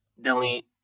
delete